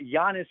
Giannis